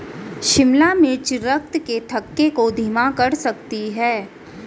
शिमला मिर्च रक्त के थक्के को धीमा कर सकती है